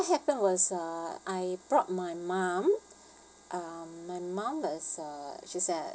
happened was uh I brought my mum uh my mum is a she's a